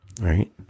Right